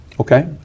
Okay